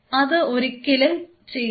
അത് ഒരിക്കലും ചെയ്യരുത്